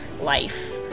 life